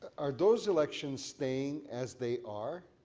are those elections staying as they are